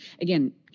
again